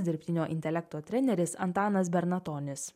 dirbtinio intelekto treneris antanas bernatonis